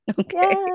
Okay